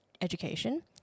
education